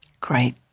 Great